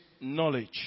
knowledge